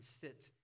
sit